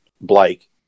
blake